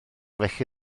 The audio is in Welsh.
felly